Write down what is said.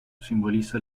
simboliza